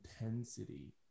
intensity